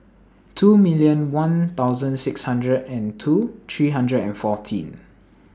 two million one thousand sixty hundred and two three hundred and fourteen